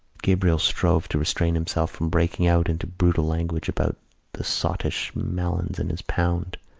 gabriel strove to restrain himself from breaking out into brutal language about the sottish malins and his pound.